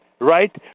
right